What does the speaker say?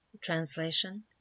Translation